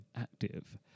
active